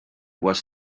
was